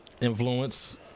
influence